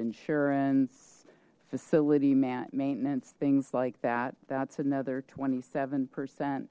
insurance facility maintenance things like that that's another twenty seven percent